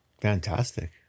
Fantastic